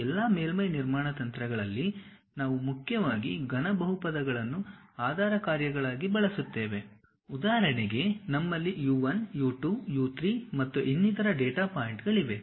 ಈ ಎಲ್ಲಾ ಮೇಲ್ಮೈ ನಿರ್ಮಾಣ ತಂತ್ರಗಳಲ್ಲಿ ನಾವು ಮುಖ್ಯವಾಗಿ ಘನ ಬಹುಪದಗಳನ್ನು ಆಧಾರ ಕಾರ್ಯಗಳಾಗಿ ಬಳಸುತ್ತೇವೆ ಉದಾಹರಣೆಗೆ ನಮ್ಮಲ್ಲಿ U1 U 2 U 3 ಮತ್ತು ಇನ್ನಿತರ ಡೇಟಾ ಪಾಯಿಂಟ್ಗಳಿವೆ